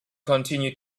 continue